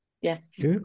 Yes